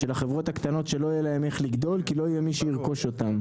החברות הגדולות שלא יהיה להן איך לגדול כי לא יהיה מי שירכוש אותן,